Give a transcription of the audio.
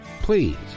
Please